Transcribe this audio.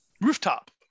Rooftop